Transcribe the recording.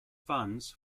funds